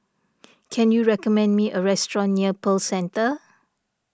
can you recommend me a restaurant near Pearl Centre